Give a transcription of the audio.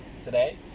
today